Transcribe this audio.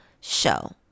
show